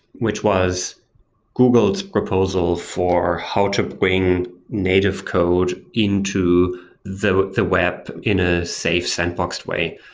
which was google's proposal for how to bring native code into the the web in a safe sandboxed way.